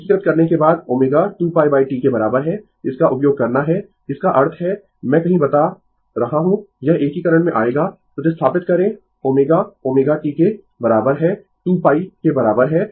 एकीकृत करने के बाद ω 2π T के बराबर है इस का उपयोग करना है इसका अर्थ है मैं कहीं बता रहा हूं यह एकीकरण में आएगा प्रतिस्थापित करें ω ω t के बराबर है 2π के बराबर है